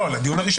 לא, לדיון הראשון.